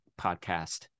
podcast